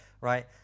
right